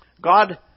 God